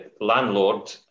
landlord